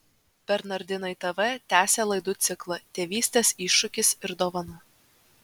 bernardinai tv tęsia laidų ciklą tėvystės iššūkis ir dovana